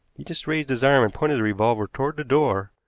he just raised his arm and pointed the revolver toward the door,